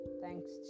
thanks